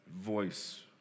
voice